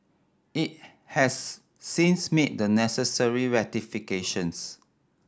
it has since made the necessary rectifications